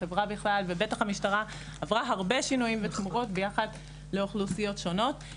החברה ובטח המשטרה עברו הרבה שינויים ותמורות ביחס לאוכלוסיות שונות.